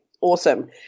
Awesome